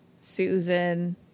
Susan